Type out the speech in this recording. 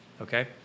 okay